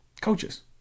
coaches